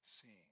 seeing